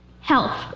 Health